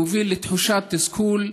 יוביל לתחושת תסכול,